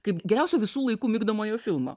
kaip geriausių visų laikų migdomojo filmo